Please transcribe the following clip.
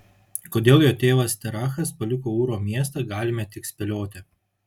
kodėl jo tėvas terachas paliko ūro miestą galime tik spėlioti